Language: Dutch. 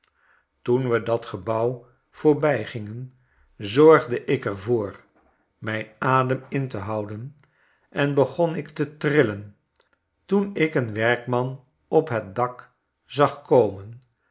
toen we dat gebouw voorbijgingen zorgde ik er voor mijn adem in te houden en begon ik te trillen toen ik een werkman op het dak zag komen